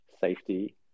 safety